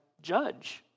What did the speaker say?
judge